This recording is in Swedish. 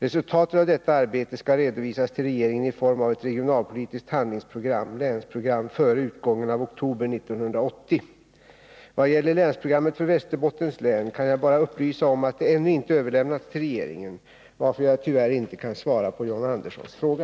Resultatet av detta arbete skall redovisas till regeringen i form av ett regionalpolitiskt handlingsprogram före utgången av oktober 1980. Vad gäller länsprogrammet för Västerbottens län kan jag bara upplysa om att det ännu inte överlämnats till regeringen, varför jag tyvärr inte kan svara på John Anderssons fråga.